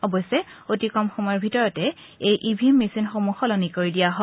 অৱশ্যে অতি কম সময়ৰ ভিতৰতে এই ই ভি এম মেচিনসমূহ সলনি কৰি দিয়া হয়